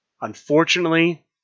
Unfortunately